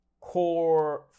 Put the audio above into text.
core